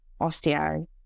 osteo